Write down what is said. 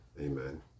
Amen